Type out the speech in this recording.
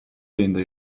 ayında